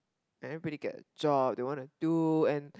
and everybody get a job they want to do and